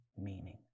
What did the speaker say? meaning